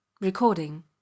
Recording